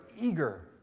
eager